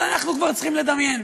אבל אנחנו צריכים כבר לדמיין.